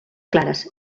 clares